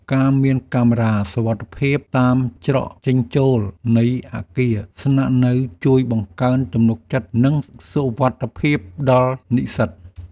ការមានកាមេរ៉ាសុវត្ថិភាពតាមច្រកចេញចូលនៃអគារស្នាក់នៅជួយបង្កើនទំនុកចិត្ត និងសុវត្ថិភាពដល់និស្សិត។